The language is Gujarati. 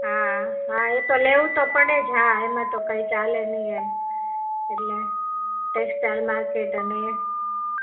હા હા એતો લેવું તો પડે જ હા એમાં તો કંઈ ચાલે નહીં એમ એટલે ટેક્સટાઈલ માર્કેટ અને